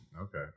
okay